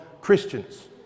Christians